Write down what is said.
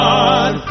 God